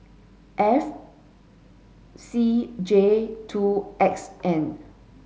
F C J two X N